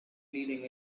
leading